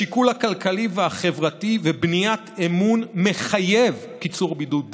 לשיקול הכלכלי והחברתי ובניית אמון מחייב קיצור בידוד,